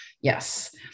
Yes